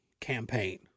campaign